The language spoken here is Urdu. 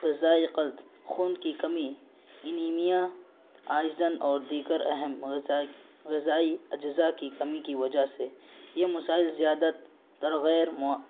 غذائی قد خون کی کمی انیمیا آئزن اور دیگر اہم غذا غذائی اجزاء کی کمی کی وجہ سے یہ مسائل زیادہ تر غیر